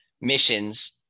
missions